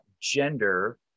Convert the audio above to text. gender